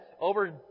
Over